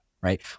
right